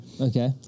Okay